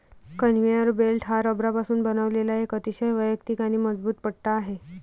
conveyor belt हा रबरापासून बनवलेला एक अतिशय वैयक्तिक आणि मजबूत पट्टा आहे